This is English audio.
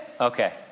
Okay